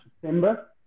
September